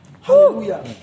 hallelujah